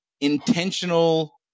intentional